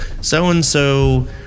so-and-so